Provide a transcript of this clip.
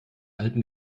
alten